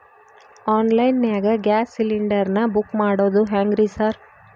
Online ನಾಗ gas cylinder ನಾ book ಮಾಡೋದ್ ಹೆಂಗ್ರಿ ಸಾರ್?